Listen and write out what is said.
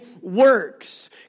works